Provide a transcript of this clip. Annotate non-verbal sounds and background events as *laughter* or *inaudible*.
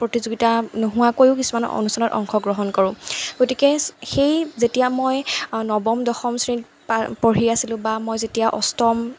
প্ৰতিযোগিতা নোহোৱাকৈও কিছুমান অনুষ্ঠানত অংশগ্ৰহণ কৰোঁ গতিকে *unintelligible* সেই যেতিয়া মই নৱম দশম শ্ৰেণীত *unintelligible* পঢ়ি আছিলোঁ বা মই যেতিয়া অষ্টম